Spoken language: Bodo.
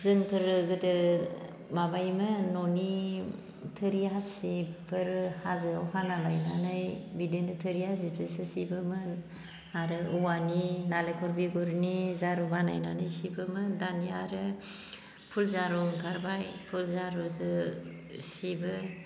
जोंफोरो गोदो माबायोमोन न'नि थोरि हासिबफोर हाजोआव हाना लायनानै बिदिनो थोरि हासिबजो सिबोमोन आरो औवानि नालेंखर बिगुनि जारु बानायनानै सिबोमोन दानिया आरो फुल जारु ओंखारबाय फुल जारुजो सिबो